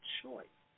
choice